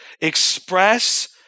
express